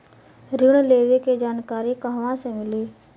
ऋण लेवे के जानकारी कहवा से मिली?